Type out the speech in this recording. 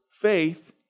faith